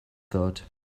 thought